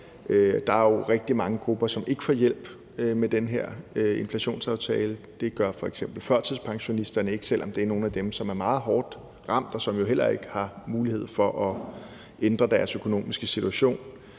Der er jo rigtig mange grupper, som ikke får hjælp med den her inflationsaftale. Det gør f.eks. førtidspensionisterne ikke, selv om det er nogle af dem, som er meget hårdt ramt, og som jo heller ikke har mulighed for at ændre deres økonomiske situation.